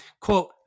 quote